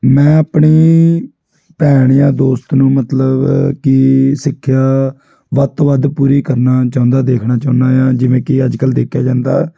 ਮੈਂ ਆਪਣੀ ਭੈਣ ਜਾਂ ਦੋਸਤ ਨੂੰ ਮਤਲਬ ਕਿ ਸਿੱਖਿਆ ਵੱਧ ਤੋਂ ਵੱਧ ਪੂਰੀ ਕਰਨਾ ਚਾਹੁੰਦਾ ਦੇਖਣਾ ਚਾਹੁੰਦਾ ਹਾਂ ਜਿਵੇਂ ਕਿ ਅੱਜ ਕੱਲ੍ਹ ਦੇਖਿਆ ਜਾਂਦਾ